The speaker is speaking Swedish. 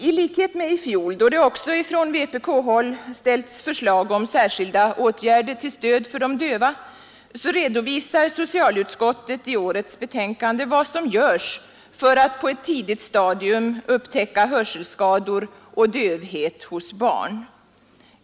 I likhet med i fjol, då det också från vpk-håll framställdes förslag om särskilda åtgärder till stöd för de döva, redovisar socialutskottet i årets betänkande vad som görs för att på ett tidigt stadium upptäcka hörselskador och dövhet hos barn.